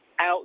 out